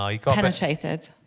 penetrated